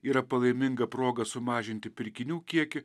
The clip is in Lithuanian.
yra palaiminga proga sumažinti pirkinių kiekį